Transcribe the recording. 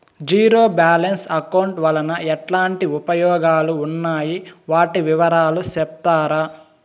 Zero balance account వలన ఎట్లాంటి ఉపయోగాలు ఉన్నాయి? వాటి వివరాలు సెప్తారా?